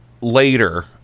later